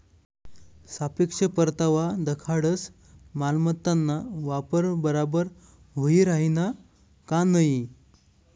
सापेक्ष परतावा दखाडस मालमत्ताना वापर बराबर व्हयी राहिना का नयी